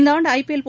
இந்த ஆண்டு ஐபிஎல்